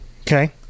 Okay